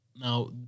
now